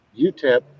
UTEP